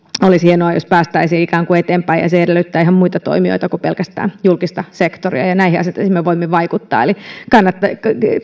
olisi hienoa jos päästäisiin siellä eteenpäin se edellyttää ihan muita toimijoita kuin pelkästään julkista sektoria näihin asioihin me voimme vaikuttaa eli kannattaa